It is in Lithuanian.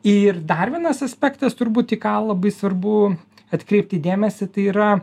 ir dar vienas aspektas turbūt į ką labai svarbu atkreipti dėmesį tai yra